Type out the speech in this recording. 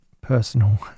personal